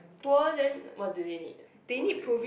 poor then what do they need